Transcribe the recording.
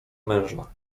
męża